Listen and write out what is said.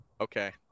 Okay